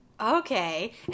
Okay